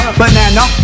banana